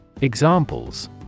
Examples